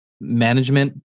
management